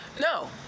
No